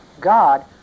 God